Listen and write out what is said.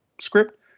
script